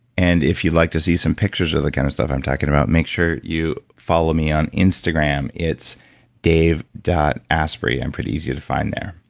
and if you'd like to see some pictures of the kind of stuff i'm talking about, make sure you follow me on instagram. it's dave asprey, i'm pretty easy to find there.